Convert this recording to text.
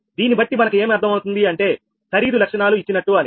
దీన్నిబట్టి మనకు ఏం అర్థమవుతుంది అంటే ఖరీదు లక్షణాలు ఇచ్చినట్టు అని